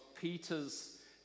Peter's